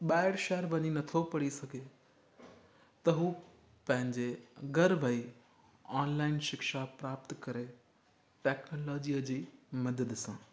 ॿाहिरि शहर वञी नथो पढ़ी सघे त हू पंहिंजे घर वेही ऑनलाइन शिक्षा प्राप्त करे टेक्नोलॉजीअ जी मदद सां